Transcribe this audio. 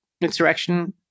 insurrection